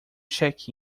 check